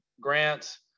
grants